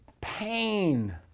pain